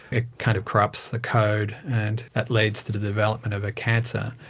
it kind of corrupts the code and that leads to to the development of a cancer.